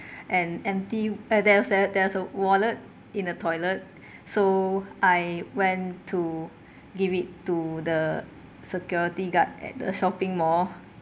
an empty uh there was there there was a wallet in a toilet so I went to give it to the security guard at the shopping mall